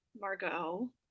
margot